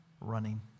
running